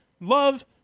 Love